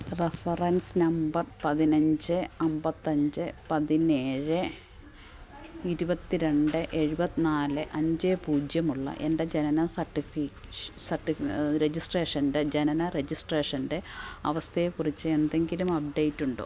reference number പതിനഞ്ച് അമ്പത്തി അഞ്ച് പതിനേഴ് ഇരുപത്തി രണ്ട് എഴുപത്തി നാല് അഞ്ച് പൂജ്യം ഉള്ള എൻ്റെ ജനന രജിസ്ട്രേഷൻ്റെ ജനന രജിസ്ട്രേഷൻ്റെ അവസ്ഥയെ കുറിച്ച് എന്തെങ്കിലും അപ്ഡേറ്റ് ഉണ്ടോ